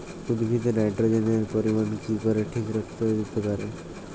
উদ্ভিদে নাইট্রোজেনের পরিমাণ কি করে ঠিক রাখা যেতে পারে?